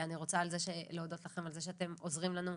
אני רוצה להודות לכם על זה שאתם עוזרים לנו.